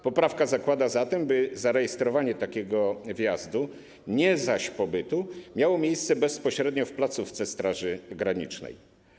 Poprawka zakłada zatem, by zarejestrowanie takiego wjazdu, nie zaś pobytu, miało miejsce bezpośrednio w placówce Straży Granicznej.